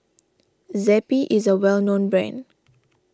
Zappy is a well known brand